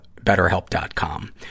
BetterHelp.com